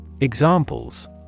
Examples